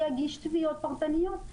יגיש תביעות פרטניות,